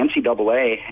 NCAA